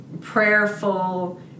prayerful